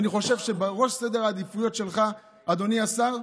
אני חושב שבראש סדר העדיפויות שלך, אדוני השר,